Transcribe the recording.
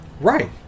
Right